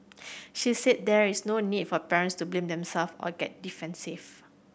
she said there is no need for parents to blame themself or get defensive